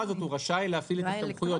הזאת הוא רשאי להפעיל את הסמכויות.